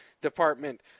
department